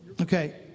Okay